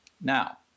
Now